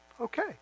okay